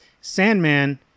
Sandman